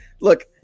Look